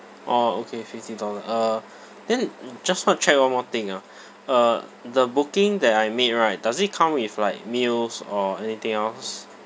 orh okay fifty dollar uh then just want to check one more thing ah uh the booking that I made right does it come with like meals or anything else